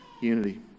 unity